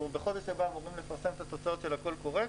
בחודש הבא אנחנו אמורים לפרסם את התוצאות של הקול הקורא,